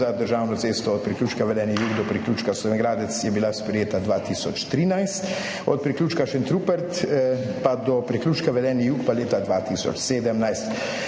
državno cesto od priključka Velenje jug do priključka Slovenj Gradec je bila sprejeta 2013, od priključka Šentrupert pa do priključka Velenje jug pa leta 2017.